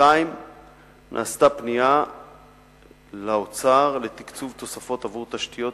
2. על פנייה לאוצר לתקצוב תוספות עבור תשתיות